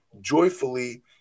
joyfully